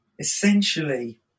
Essentially